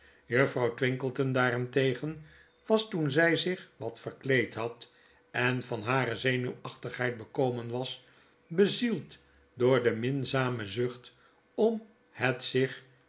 juffrouw twinkleton daarentegen was toen zij zich wat verkleed had en van hare zenuwachtigheid bekomen was bezield door de minzame zucht om het zich